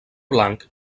blanc